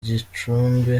gicumbi